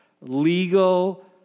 legal